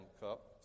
Cup